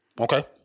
Okay